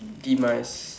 demise